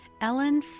Ellen